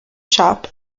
shop